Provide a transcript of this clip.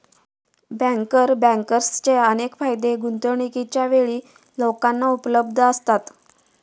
banker बँकर्सचे अनेक फायदे गुंतवणूकीच्या वेळी लोकांना उपलब्ध असतात